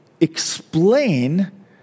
explain